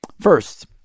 First